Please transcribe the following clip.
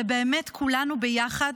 זה באמת כולנו ביחד